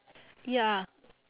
ya